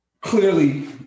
clearly